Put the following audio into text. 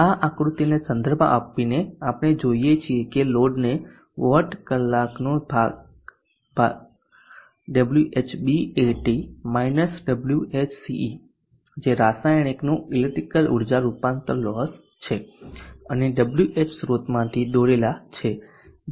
આ આકૃતિને સંદર્ભ આપીને આપણે જોઈએ છીએ કે લોડ ને આપેલ વોટ કલાકનો ભાગ Whbat - Whce જે રસાયણિકનું ઇલેક્ટ્રિકલ ઉર્જા રૂપાંતર લોસ છે અને Wh સ્ત્રોતમાંથી દોરેલા છે જે WhPV છે